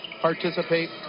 participate